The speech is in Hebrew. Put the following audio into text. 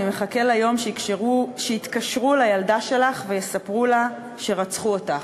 אני מחכה ליום שיתקשרו לילדה שלך ויספרו לה שרצחו אותך",